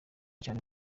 cyane